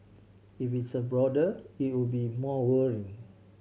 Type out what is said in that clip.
if it's a broader it would be more worrying